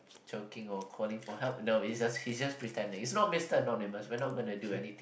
choking or calling for help no it's just he's just pretending it's not Mister Anonymous we are not going to do anything